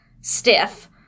stiff